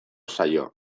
zaio